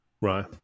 right